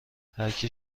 هرکی